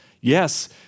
Yes